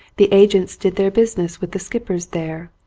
the agents did their business with the skippers there,